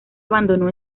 abandonó